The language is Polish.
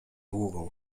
długą